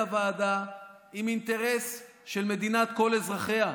הוועדה עם אינטרס של מדינת כל אזרחיה,